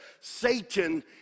Satan